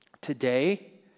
today